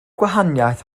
gwahaniaeth